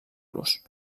los